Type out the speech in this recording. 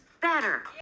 better